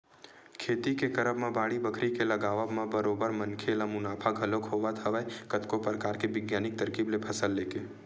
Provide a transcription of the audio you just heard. खेती के करब म बाड़ी बखरी के लगावब म बरोबर मनखे ल मुनाफा घलोक होवत हवय कतको परकार के बिग्यानिक तरकीब ले फसल लेके